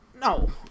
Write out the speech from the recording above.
No